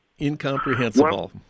incomprehensible